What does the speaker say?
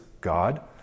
God